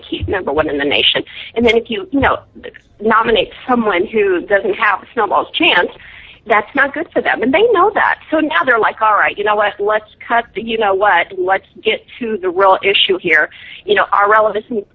to keep number one in the nation and then if you know the nominate someone who doesn't have a snowball's chance that's not good for them and they know that so now they're like all right you know what let's cut the you know what let's get to the real issue here you know our relevan